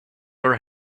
are